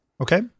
Okay